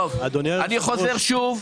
אני חוזר שוב,